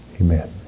Amen